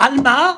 על מה?